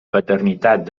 paternitat